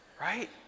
right